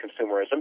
consumerism